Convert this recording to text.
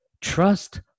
trust